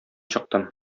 чыктым